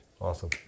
Awesome